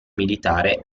militare